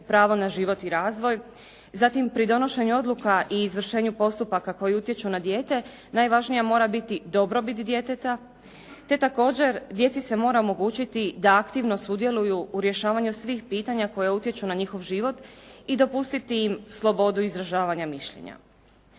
pravo na život i razvoj, zatim pri donošenju odluka i izvršenju postupaka koji utječu na dijete najvažnija mora biti dobrobit djeteta te također djeci se mora omogućiti da aktivno sudjeluju u rješavanju svih pitanja koja utječu na njihov život i dopustiti im slobodu izražavanja mišljenja.